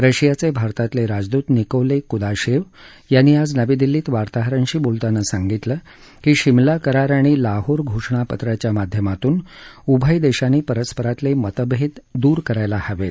रशियाचे भारतातले राजदूत निकोले कुदाशेव यांनी आज नवी दिल्लीत वार्ताहरांशी बोलताना सांगितलं की शिमला करार आणि लाहोर घोषणापत्राच्या माध्यमातून उभय देशांनी परस्परातले मतभेद दूर करायला हवेत